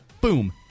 boom